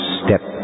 step